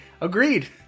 Agreed